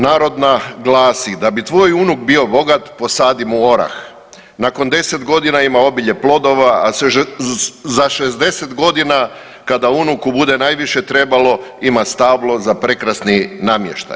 Narodna glasi, da bi tvoj unuk bio bogat posadi mu orah, nakon 10 godina ima obilje plodova, a za 60 godina kada unuku bude najviše trebalo ima stablo za prekrasni namještaj.